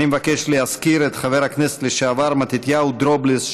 אני מבקש להזכיר את חבר הכנסת לשעבר מתתיהו דרובלס,